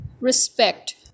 respect